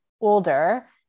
older